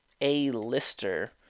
A-lister